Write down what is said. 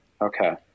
Okay